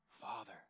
Father